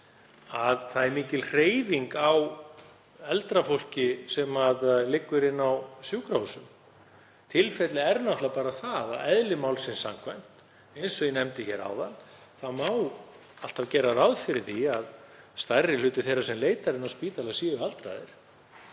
að það er mikil hreyfing á eldra fólki sem liggur inni á sjúkrahúsum. Tilfellið er náttúrlega bara að eðli málsins samkvæmt, eins og ég nefndi hér áðan, má alltaf gera ráð fyrir því að stærri hluti þeirra sem leitar inn á spítala séu aldraðir.